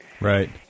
Right